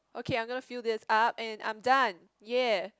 okay I'm going to fill this up and I'm done ya